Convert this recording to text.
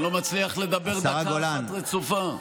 אני לא מצליח לדבר דקה אחת רצופה.